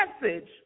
message